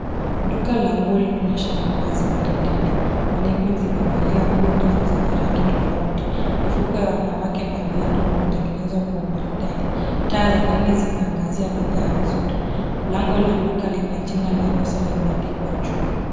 Duka la nguo laonyesha mavazi maridadi. ca[Mannequins]cs zimevalia nguo ndefu zenye rangi tofauti. Mifuko ya wanawake na viatu vimetengenezwa kwa umaridadi. Taa za ndani zinaangazia bidhaa vizuri. Lango la duka lina jina la Rosa limeandikwa juu.